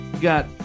got